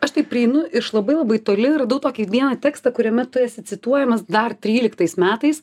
aš taip prieinu iš labai labai toli radau tokį vieną tekstą kuriame tu esi cituojamas dar tryliktais metais